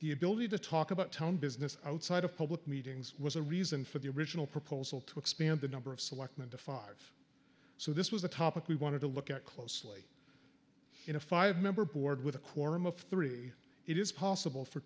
the ability to talk about town business outside of public meetings was a reason for the original proposal to expand the number of selectmen to five so this was a topic we wanted to look at closely in a five member board with a quorum of three it is possible for